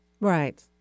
right